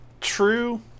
true